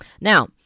Now